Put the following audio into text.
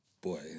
boy